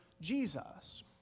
Jesus